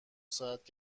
ساعت